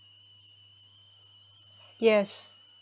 yes